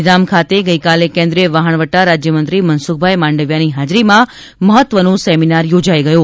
ગાંધીધામ ખાતે ગઇકાલે કેન્દ્રીય વહાણવટા રાજ્યમંત્રી મનસુખભાઈ માંડવીયાની હાજરીમાં મહત્વનો સેમિનાર યોજાઈ ગયો